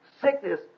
sickness